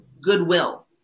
goodwill